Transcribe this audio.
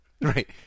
Right